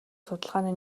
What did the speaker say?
судалгааны